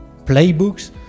playbooks